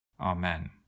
Amen